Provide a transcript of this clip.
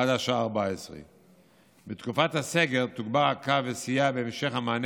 עד השעה 14:00. בתקופת הסגר תוגבר הקו וסייע בהמשך המענה